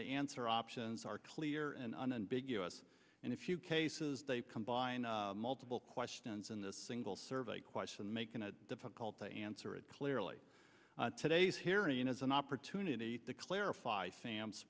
the answer options are clear and unambiguous and if you cases they combine multiple questions in this single survey question making it difficult to answer it clearly today's hearing is an opportunity to clarify sam's